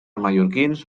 mallorquins